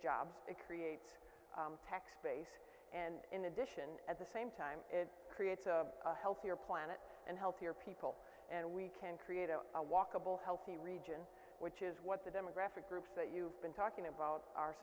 jobs it creates a tax base and in addition at the same time it creates a healthier planet and healthier people and we can create a a walkable healthy region which is what the demographic groups that you've been talking about are